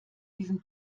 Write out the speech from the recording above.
diesen